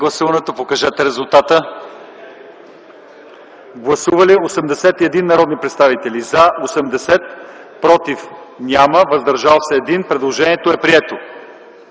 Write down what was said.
Гласували 81 народни представители: за 80, против няма, въздържал се 1. Предложението е прието.